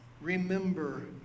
Remember